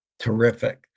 Terrific